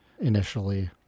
initially